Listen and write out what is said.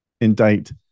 indict